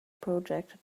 projected